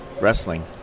wrestling